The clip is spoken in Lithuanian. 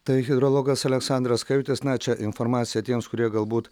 tai hidrologas aleksandras kajutis na čia informacija tiems kurie galbūt